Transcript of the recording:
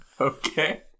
Okay